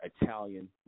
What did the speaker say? Italian